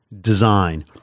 design